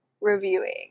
reviewing